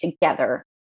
together